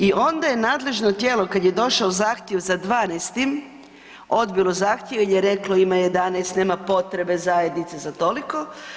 I onda je nadležno tijelo, kad je došao zahtjev za 12. odbilo zahtjev i reklo, ima 11, nema potrebe zajednice za toliko.